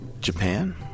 Japan